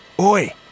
Oi